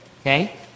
okay